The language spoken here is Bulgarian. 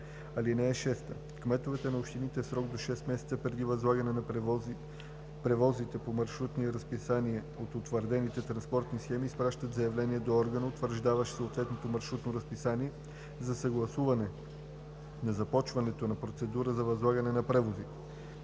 „(6) Кметовете на общини в срок до шест месеца преди възлагане на превозите по маршрутни разписания от утвърдените транспортни схеми изпращат заявление до органа, утвърждаващ съответното маршрутно разписание, за съгласуване на започването на процедура за възлагане на превозите.